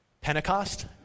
Pentecost